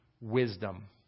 wisdom